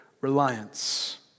reliance